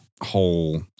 whole